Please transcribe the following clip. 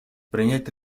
принять